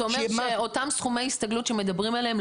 אומר שאותם סכומי הסתגלות שמדברים עליהם,